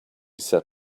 said